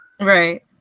Right